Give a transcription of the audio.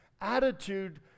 Attitude